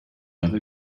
other